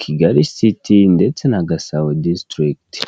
Kigali siti ndetse na Gasabo disitigiti.